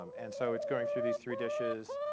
um and so it's going through these three dishes.